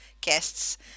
guests